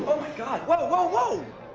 god. whoa, whoa, whoa!